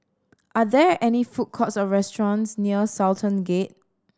are there any food courts or restaurants near Sultan Gate